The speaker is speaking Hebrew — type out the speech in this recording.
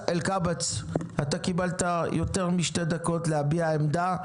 אתה קיבלת יותר משתי דקות להביע עמדה,